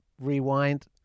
rewind